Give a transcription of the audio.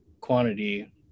quantity